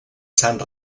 sant